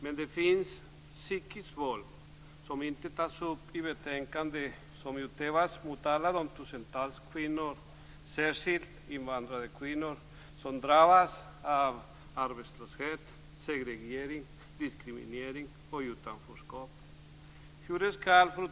Men det finns också, vilket inte tas upp i betänkandet, ett psykiskt våld som utövas mot tusentals kvinnor, särskilt invandrade kvinnor som drabbas av arbetslöshet, segregering, diskriminering och utanförskap. Fru talman!